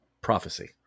prophecy